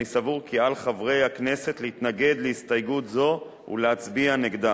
אני סבור כי על חברי הכנסת להתנגד להסתייגות זו ולהצביע נגדה.